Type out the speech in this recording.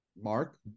Mark